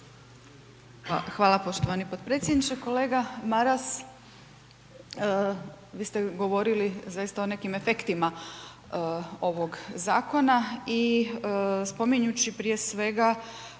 Hvala poštovani podpredsjedniče. Kolega Maras, vi ste govorili za isto o nekim efektima ovog zakona i spominjući prije svega